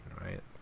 right